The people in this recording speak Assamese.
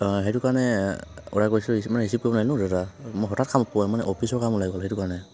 সেইটো কাৰণে অৰ্ডাৰ কৰিছিলো ৰিচিভ মানে ৰিচিভ কৰিব নোৱাৰিলো ন' দাদা মই হঠাৎ সাম পোৱা অফিচৰ কাম ওলাই গ'ল সেইটো কাৰণে